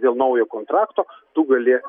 dėl naujo kontrakto tu gali